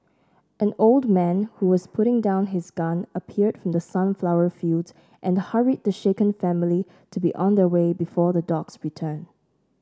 an old man who was putting down his gun appeared from the sunflower fields and hurried the shaken family to be on their way before the dogs return